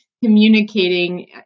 Communicating